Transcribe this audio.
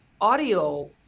audio